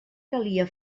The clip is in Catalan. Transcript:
calia